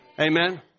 Amen